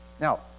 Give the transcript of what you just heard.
Now